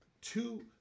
Two